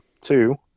two